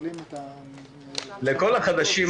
כל החדשים,